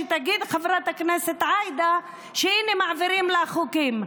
שתגיד חברת הכנסת עאידה שהינה מעבירים לה חוקים.